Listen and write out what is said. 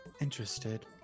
interested